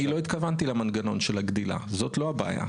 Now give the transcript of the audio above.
אני לא התכוונתי למנגנון של הגדילה, זו לא הבעיה.